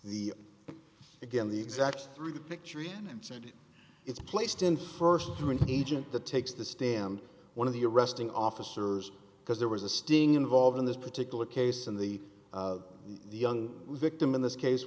the again the exact through the picture he said it's placed in first through an agent that takes the stand one of the arresting officers because there was a sting involved in this particular case and the young victim in this case